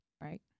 right